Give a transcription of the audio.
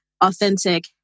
authentic